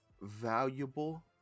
valuable